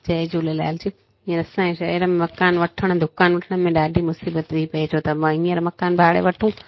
जय झूलेलाल जी हींअर असांजे शहर में मकान वठणु दुकान वठण में ॾाढी मुसीबत थी पए छोत मां हींअर मकान भाड़े वठूं